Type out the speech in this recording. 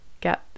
get